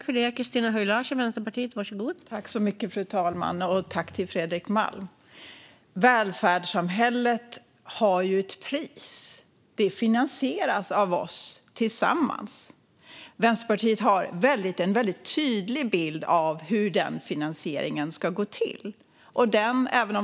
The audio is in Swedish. Fru talman! Välfärdssamhället har ett pris. Det finansieras av oss tillsammans. Vänsterpartiet har en väldigt tydlig bild av hur den finansieringen ska gå till.